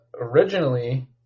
originally